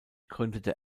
gründete